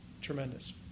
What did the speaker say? tremendous